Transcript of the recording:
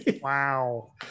wow